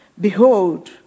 behold